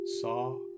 saw